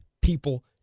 people